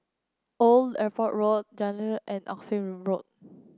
Old Airport Road and Oxley Road